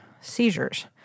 seizures